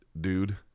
dude